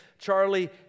Charlie